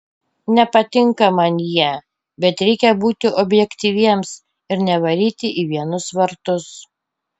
nepatinka man jie bet reikia būti objektyviems ir nevaryti į vienus vartus